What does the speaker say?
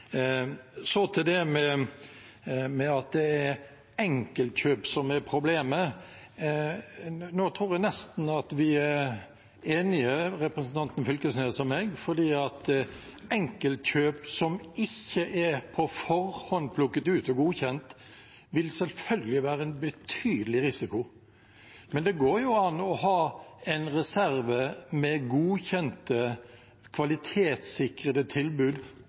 Så til det med at det er enkeltkjøp som er problemet: Nå tror jeg nesten at vi er enige, representanten Knag Fylkesnes og jeg, fordi enkeltkjøp som ikke er – på forhånd – plukket ut og godkjent, vil selvfølgelig være en betydelig risiko. Men det går jo an å ha en reserve med godkjente, kvalitetssikrede tilbud